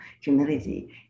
humility